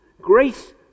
Grace